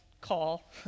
call